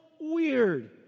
weird